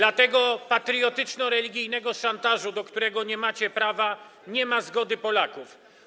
Na ten patriotyczno-religijny szantaż, do którego nie macie prawa, nie ma zgody Polaków.